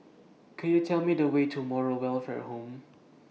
Could YOU Tell Me The Way to Moral Welfare Home